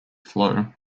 flow